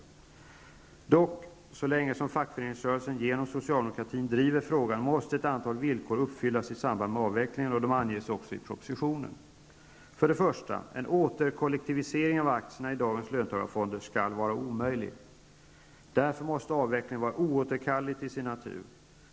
Dock -- så länge som fackföreningsrörelsen, genom socialdemokratin, driver frågan måste ett antal villkor uppfyllas i samband med avvecklingen, och de anges också i propositionen: 1. En återkollektivisering av aktierna i dagens löntagarfonder skall vara omöjlig. Därför måste avvecklingen vara oåterkallelig till sin natur.